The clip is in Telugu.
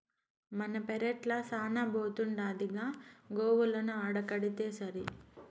మన పెరట్ల శానా బోతుండాదిగా గోవులను ఆడకడితేసరి